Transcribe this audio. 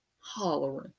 Hollering